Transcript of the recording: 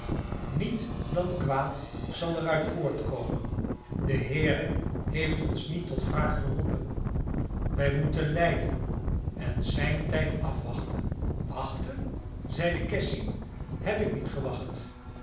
niet dan kwaad zal er uit voortkomen de heere heeft ons niet tot wraak geroepen wij moeten lijden en zijn tijd afwachten wachten zeide cassy heb ik niet gewacht